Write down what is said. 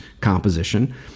composition